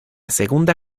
segunda